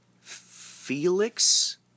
Felix